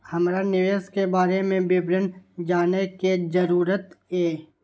हमरा निवेश के बारे में विवरण जानय के जरुरत ये?